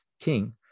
king